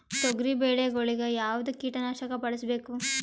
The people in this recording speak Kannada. ತೊಗರಿಬೇಳೆ ಗೊಳಿಗ ಯಾವದ ಕೀಟನಾಶಕ ಬಳಸಬೇಕು?